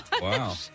Wow